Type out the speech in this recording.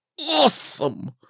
awesome